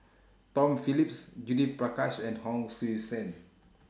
Tom Phillips Judith Prakash and Hon Sui Sen